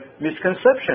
misconception